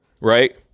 right